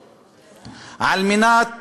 על מנת